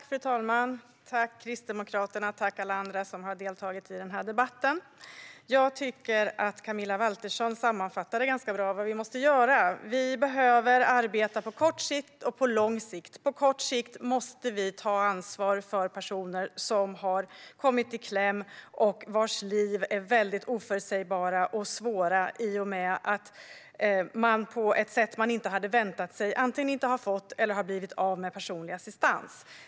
Fru talman! Jag vill tacka Kristdemokraterna och alla andra som har deltagit i debatten. Camilla Waltersson Grönvall sammanfattade ganska bra vad vi måste göra. Vi behöver arbeta på kort sikt och på lång sikt. På kort sikt måste vi ta ansvar för personer som har kommit i kläm och vars liv är väldigt oförutsägbara och svåra i och med att man, på ett sätt som man inte hade väntat sig, antingen inte har fått eller har blivit av med personlig assistans.